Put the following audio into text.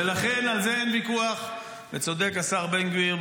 ולכן על זה אין ויכוח, וצודק השר בן גביר.